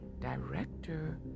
director